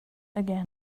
again